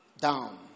down